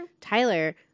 Tyler